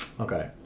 Okay